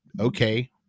okay